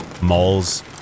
malls